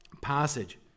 passage